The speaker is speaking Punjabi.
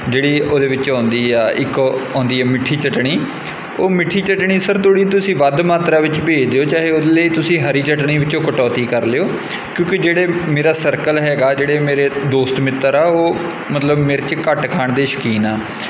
ਜਿਹੜੀ ਉਹਦੇ ਵਿੱਚੋਂ ਆਉਂਦੀ ਆ ਇੱਕ ਆਉਂਦੀ ਆ ਮਿੱਠੀ ਚਟਨੀ ਉਹ ਮਿੱਠੀ ਚਟਨੀ ਸਰ ਥੋੜ੍ਹੀ ਤੁਸੀਂ ਵੱਧ ਮਾਤਰਾ ਵਿੱਚ ਭੇਜ ਦਿਓ ਚਾਹੇ ਉਹਦੇ ਲਈ ਤੁਸੀਂ ਹਰੀ ਚਟਨੀ ਵਿੱਚੋਂ ਕਟੌਤੀ ਕਰ ਲਿਓ ਕਿਉਂਕਿ ਜਿਹੜੇ ਮੇਰਾ ਸਰਕਲ ਹੈਗਾ ਜਿਹੜੇ ਮੇਰੇ ਦੋਸਤ ਮਿੱਤਰ ਆ ਉਹ ਮਤਲਬ ਮਿਰਚ ਘੱਟ ਖਾਣ ਦੇ ਸ਼ੌਕੀਨ ਆ